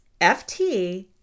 FT